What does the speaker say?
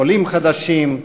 עולים חדשים,